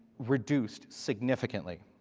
reduced significantly.